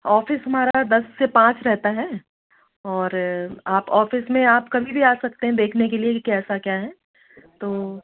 office हमारा दस से पाँच रहता है और आप ऑफ़िस में आप कभी भी आ सकते हैं देखने के लिए कैसा क्या है तो